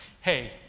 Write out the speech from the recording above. hey